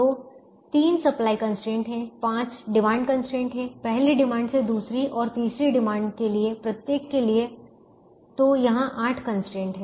तो 3 supply constraint हैं 5 demand constraint हैं पहली डिमांड से दूसरी और तीसरी डिमांड के लिए प्रत्येक के लिए तो यहां 8 कंस्ट्रेंट हैं